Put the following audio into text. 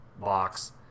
box